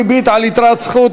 ריבית על יתרת זכות),